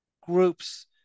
groups